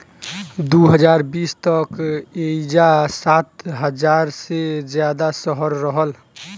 दू हज़ार बीस तक एइजा सात हज़ार से ज्यादा शहर रहल